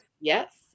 Yes